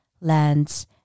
lands